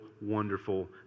wonderful